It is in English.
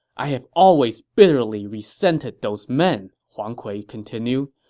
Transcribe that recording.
i have always bitterly resented those men, huang kui continued.